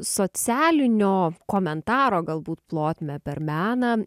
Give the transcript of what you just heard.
socialinio komentaro galbūt plotmę per meną